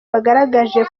bagaragaje